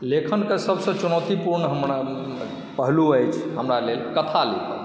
लेखनके सभसँ चुनौतीपूर्ण हमरा पहलू अछि हमरा लेल कथा लेखन